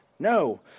No